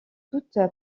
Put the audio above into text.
toute